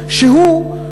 שהוא,